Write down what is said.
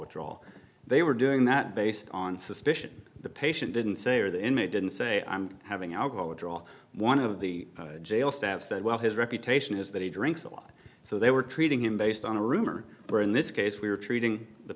withdrawal they were doing that based on suspicion the patient didn't say or the inmate didn't say i'm having alcohol withdrawal one of the jail staff said well his reputation is that he drinks a lot so they were treating him based on a rumor or in this case we were treating the